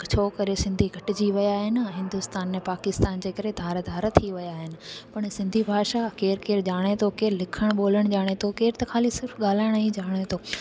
छो करे सिंधी घटिजी विया आहिनि हिंदुस्तान ऐं पाकिस्तान जे करे धार धार थी विया आहिनि पर सिंधी भाषा केर केर ॼाणे थो केर लिखणु बोलणु ॼाणे थो केर त ख़ाली सिर्फ़ु ॻाल्हाइण ई ॼाणे थो